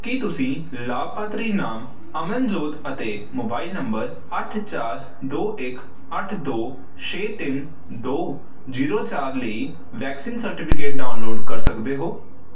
ਕੀ ਤੁਸੀਂ ਲਾਭਪਾਤਰੀ ਨਾਮ ਅਮਨਜੋਤ ਅਤੇ ਮੋਬਾਈਲ ਨੰਬਰ ਅੱਠ ਚਾਰ ਦੋ ਇੱਕ ਅੱਠ ਦੋ ਛੇ ਤਿੰਨ ਦੋ ਜ਼ੀਰੋ ਚਾਰ ਲਈ ਵੈਕਸੀਨ ਸਰਟੀਫਿਕੇਟ ਡਾਊਨਲੋਡ ਕਰ ਸਕਦੇ ਹੋ